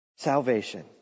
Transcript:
Salvation